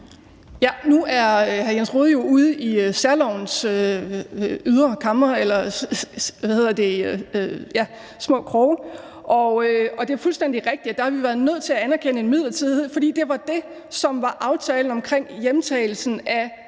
Nu er hr. Jens Rohde jo ude i særlovens ydre kamre eller små kroge. Og det er fuldstændig rigtigt, at der har vi været nødt til at anerkende en midlertidighed, fordi det var det, der var aftalen om hjemtagelsen af